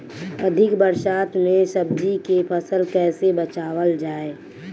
अधिक बरसात में सब्जी के फसल कैसे बचावल जाय?